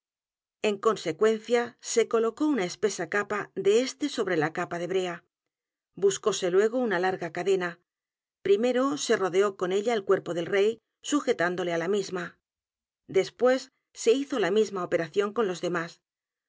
en consecuencia se colocó una espesa capa de éste sobre la capa de b r e a buscóse luego una l a r g a cadena primero se rodeó con ella el cuerpo del rey sujetándole á la misma después se hizo la misma operación con los demás